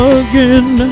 again